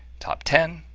top ten,